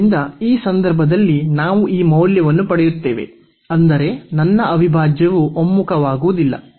ಆದ್ದರಿಂದ ಈ ಸಂದರ್ಭದಲ್ಲಿ ನಾವು ಈ ಮೌಲ್ಯವನ್ನು ಪಡೆಯುತ್ತೇವೆ ಅಂದರೆ ನನ್ನ ಅವಿಭಾಜ್ಯವು ಒಮ್ಮುಖವಾಗುವುದಿಲ್ಲ